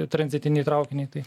tranzitinį traukinį tai